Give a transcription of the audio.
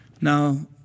Now